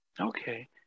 Okay